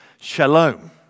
shalom